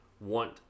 want